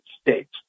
States